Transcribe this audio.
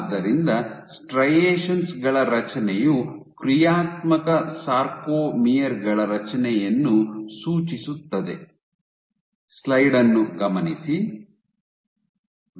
ಆದ್ದರಿಂದ ಸ್ಟ್ರೈಯೆಶೆನ್ ಗಳ ರಚನೆಯು ಕ್ರಿಯಾತ್ಮಕ ಸಾರ್ಕೊಮೆರ್ ಗಳ ರಚನೆಯನ್ನು ಸೂಚಿಸುತ್ತದೆ